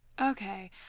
Okay